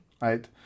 Right